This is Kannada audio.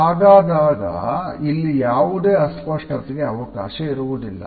ಹಾಗಾದಾಗ ಅಲ್ಲಿ ಯಾವುದೇ ಅಸ್ಪಷ್ಟತೆಗೆ ಅವಕಾಶ ಇರುವುದಿಲ್ಲ